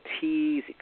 teas